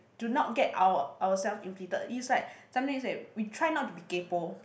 to not get our ourself impeded is like something is like we try not to be kaypo